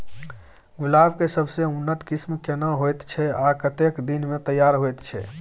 गुलाब के सबसे उन्नत किस्म केना होयत छै आ कतेक दिन में तैयार होयत छै?